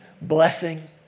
blessing